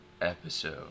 episode